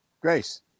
Grace